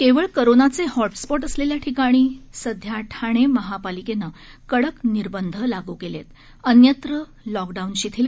केवळ कोरोनाचे हॉटस्पॉट असलेल्या ठिकाणी सध्या ठाणे महापालिकेनं कडक र्निबध लागू केले आहेत अन्यत्र लॉकडाऊन शिथिल